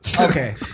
okay